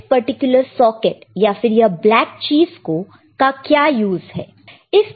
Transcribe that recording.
इस particular socket या फिर यह ब्लैक चीज का क्या यूज है